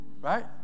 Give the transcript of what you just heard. right